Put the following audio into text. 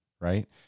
right